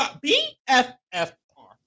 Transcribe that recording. B-F-F-R